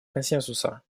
консенсуса